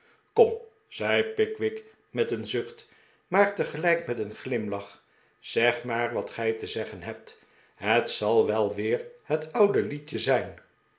kom zei pickwick met een zucht maar tegelijk met een glimlach zeg maar wat gij te zeggen hebt het zal wel weer het oude liedje zijn